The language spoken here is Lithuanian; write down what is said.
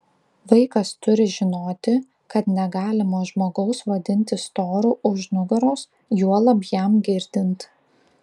vaikas turi žinoti kad negalima žmogaus vadinti storu už nugaros juolab jam girdint